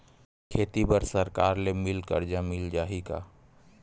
खेती बर सरकार ले मिल कर्जा मिल जाहि का?